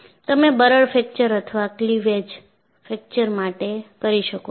તમે બરડ ફ્રેક્ચર અથવા ક્લીવેજ ફ્રેક્ચર માટે કરી શકો છો